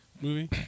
movie